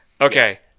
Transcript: Okay